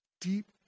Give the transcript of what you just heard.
deep